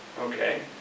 Okay